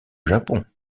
japon